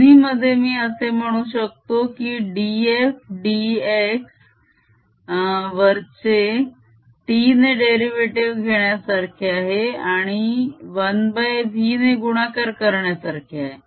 दोन्ही मध्ये मी असे म्हणू शकतो की df dx वरचे t ने डेरीवेटीव घेण्यासारखे आहे आणि 1v ने गुणाकार करण्यासारखे आहे